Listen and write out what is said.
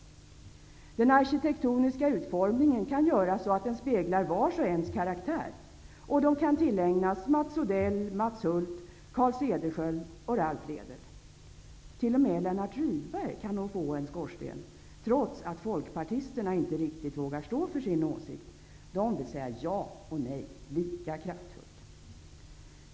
Den arktitektoniska utformningen kan göras så, att den speglar vars och ens karaktär. Symbolerna kan tillägnas Mats Odell, T.o.m. Lennart Rydberg kan nog få en skorsten, trots att folkpartisterna inte riktigt vågar stå för sin åsikt. De vill säga ja och nej lika kraftfullt.